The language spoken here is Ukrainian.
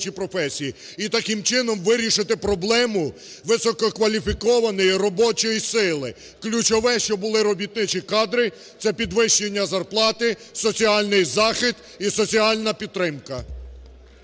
І таким чином вирішити проблему висококваліфікованої робочої сили. Ключове – щоб були робітничі кадри, це підвищення зарплати, соціальний захист і соціальна підтримка.